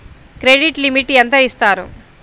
Credit limit ఎంత ఇస్తారు?